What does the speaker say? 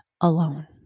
alone